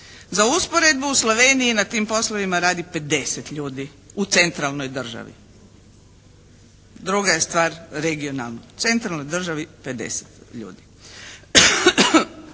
Za usporedbu u Sloveniji na tim poslovima radi 50 ljudi u centralnoj državi. Druga je stvar regionalnoj, centralnoj državi 50 ljudi.